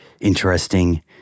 interesting